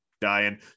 dying